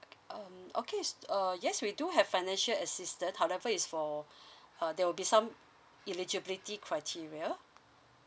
um okay uh yes we do have financial assistance however is for uh there will be some eligibility criteria